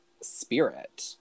spirit